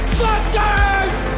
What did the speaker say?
fuckers